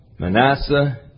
Manasseh